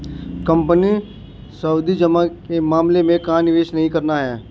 Company सावधि जमा के मामले में कहाँ निवेश नहीं करना है?